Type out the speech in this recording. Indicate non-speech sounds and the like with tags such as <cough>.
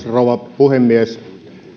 <unintelligible> rouva puhemies